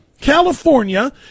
California